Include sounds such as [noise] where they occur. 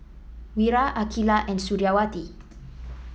Wira Aqilah and Suriawati [noise]